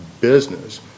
business